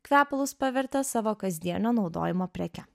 kvepalus pavertė savo kasdienio naudojimo preke